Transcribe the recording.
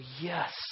yes